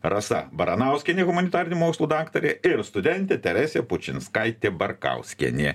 rasa baranauskienė humanitarinių mokslų daktarė ir studentė teresė pučinskaitė barkauskienė